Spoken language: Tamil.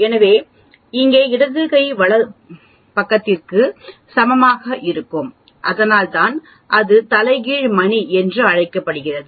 எனவே இங்கே இடது கை வலது பக்கத்திற்கு சமமாக இருக்கும் அதனால்தான் இது தலைகீழ் மணி என்று அழைக்கப்படுகிறது